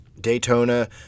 Daytona